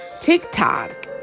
TikTok